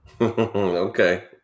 Okay